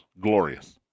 glorious